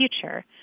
future